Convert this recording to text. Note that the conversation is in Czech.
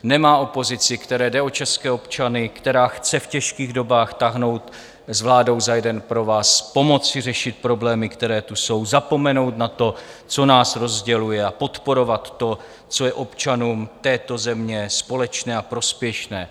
Nemá opozici, které jde o české občany, která chce v těžkých dobách táhnout s vládou za jeden provaz, pomoci řešit problémy, které tu jsou, zapomenout na to, co nás rozděluje, a podporovat to, co je občanům této země společné a prospěšné.